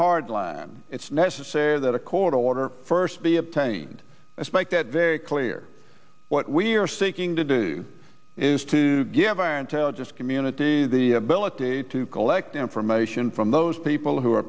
hard line it's necessary that a court order first be obtained a spec that very clear what we are seeking to do is to give our intelligence community the ability to collect information from those people who are